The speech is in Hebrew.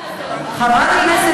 אבל למה רק,